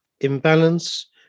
imbalance